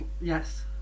Yes